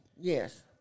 Yes